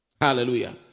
Hallelujah